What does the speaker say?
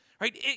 Right